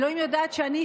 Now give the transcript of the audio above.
אלוהים יודעת שאני,